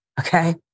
Okay